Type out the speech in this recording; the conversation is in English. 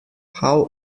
how